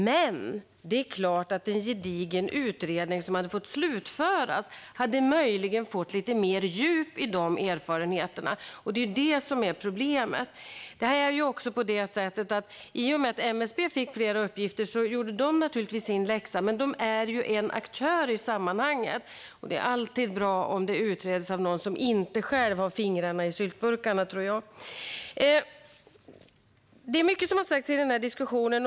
Men det är klart att en gedigen utredning som hade fått slutföras möjligen hade fått lite mer djup av de erfarenheterna. I och med att MSB fick fler uppgifter gjorde de naturligtvis sin läxa. Men de är ju en aktör i sammanhanget, och det är alltid bra om utredningar görs av någon som inte själv har fingrarna i syltburken, tror jag. Det är mycket som har sagts i den här debatten.